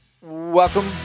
Welcome